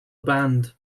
band